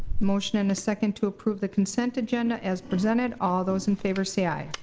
motion and a second to approve the consent agenda as presented. all those in favor say aye.